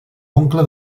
oncle